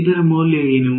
ಇದರ ಮೌಲ್ಯ ಏನು